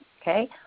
Okay